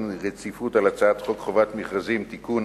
רציפות על הצעת חוק חובת המכרזים (תיקון,